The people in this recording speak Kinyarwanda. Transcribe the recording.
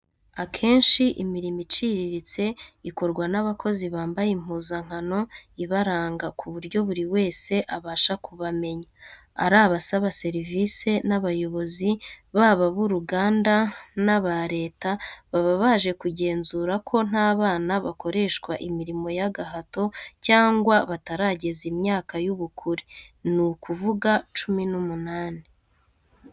Akenshi imirimo iciriritse ikorwa n'abakozi bambaye impuzankano ibaranga ku buryo buri wese abasha kubamenya. Ari abasaba serivisi n'abayobozi baba ab'uruganda n'aba Leta baba baje kugenzura ko nta bana bakoreshwa imirimo y'agahato, cyangwa batarageza imyaka y'ubukure, ni ukuvuga cumi n'umunani.